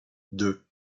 deux